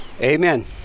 Amen